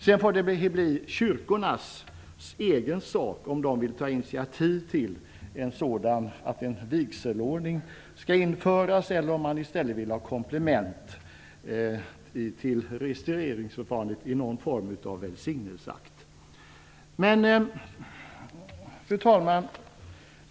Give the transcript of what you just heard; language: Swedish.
Det får bli kyrkornas egen sak att ta initiativet om en särskild vigselordning skall införas eller om man i stället vill ha ett komplement till registreringsförfarandet i form av något slags välsignelseakt.